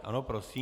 Ano, prosím.